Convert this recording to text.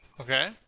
Okay